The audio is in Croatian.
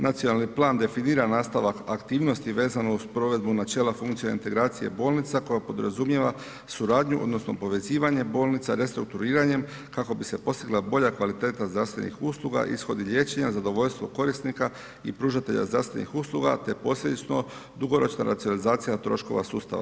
Nacionalni plan definira nastavak aktivnosti vezano uz provedbu načela funkcije i integracije bolnica koja podrazumijeva suradnju odnosno povezivanje bolnica restrukturiranjem kako bi se postigla bolja kvaliteta zdravstvenih usluga, ishodi liječenja, zadovoljstvo korisnika i pružatelja zdravstvenih usluga te posljedično, dugoročna racionalizacija troškova sustava.